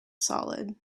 solid